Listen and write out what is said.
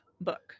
book